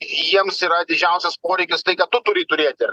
jiems yra didžiausias poreikis tai ką tu turi turėti